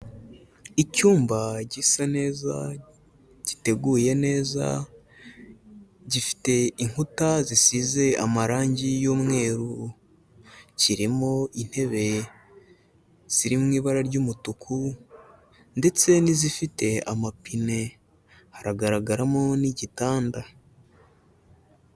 Icyumba gisa neza giteguye neza gifite inkuta zisize amarange y'umweru, kirimo intebe ziri mu ibara ry'umutuku ndetse n'izifite amapine haragaragaramo n'igitanda.